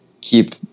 keep